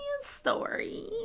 story